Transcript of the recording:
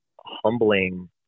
humbling